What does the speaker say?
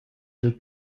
dil